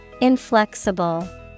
Inflexible